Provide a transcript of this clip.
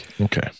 okay